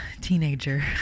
teenager